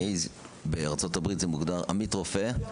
מקצוע ה-PAs בארצות ברית מוגדר כעמית רופא.